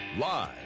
Live